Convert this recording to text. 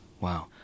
Wow